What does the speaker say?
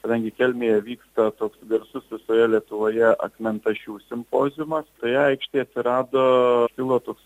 kadangi kelmėje vyksta toks garsus visoje lietuvoje akmentašių simpoziumas toje aikštėje atsirado kilo toks